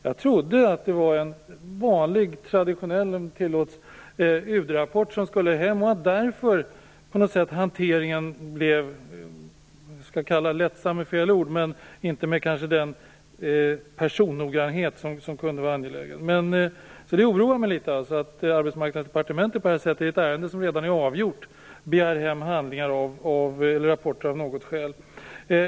Jag trodde att det var en vanlig traditionell UD rapport, om uttrycket tillåts, som skulle hem och att hanteringen därför på något sätt inte sköttes med den personnoggrannhet som kunde varit angelägen. Det oroar mig litet att Arbetsmarknadsdepartementet, i ett ärende som redan är avgjort, av något skäl begär hem rapporter på det här sättet.